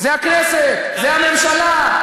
זו הכנסת, זו הממשלה,